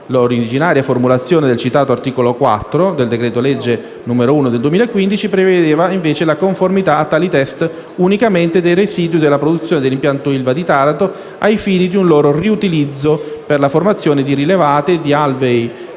L'originaria formulazione del citato articolo 4 del decreto-legge n. 1 del 2015, prevedeva la conformità a tali *test* unicamente dei residui della produzione dell'impianto ILVA di Taranto, ai fini di un loro riutilizzo per la formazione di rilevati, di alvei